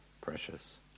precious